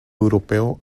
europeo